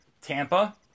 Tampa